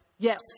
Yes